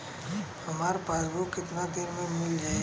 हमार पासबुक कितना दिन में मील जाई?